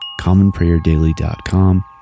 commonprayerdaily.com